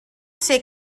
ser